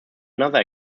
another